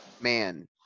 Man